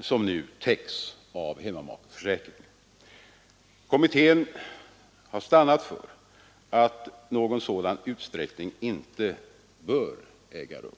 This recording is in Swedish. som nu täcks av hemmamakeförsäkringen. Kommittén har stannat för att någon sådan utsträckning inte bör äga rum.